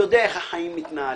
איך החיים מתנהלים.